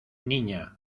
niña